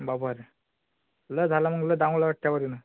बापा रे लय झालं मग लय चांगलं वाटते बघ ना